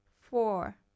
Four